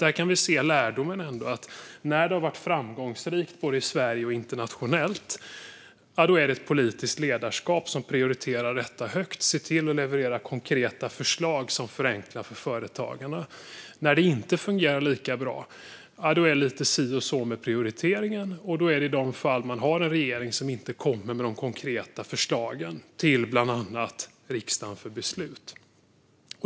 Vi kan se lärdomen: När det har varit framgångsrikt, både i Sverige och internationellt, har det funnits ett politiskt ledarskap som prioriterar detta högt och ser till att leverera konkreta förslag som förenklar för företagarna. När det inte fungerar lika bra är det lite si och så med prioriteringen, och det är i de fallen man har en regering som inte kommer med de konkreta förslagen till bland annat riksdagen för beslut.